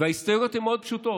ההסתייגויות הן מאוד פשוטות: